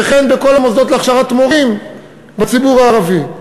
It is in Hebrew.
וכן בכל המוסדות להכשרת מורים בציבור הערבי.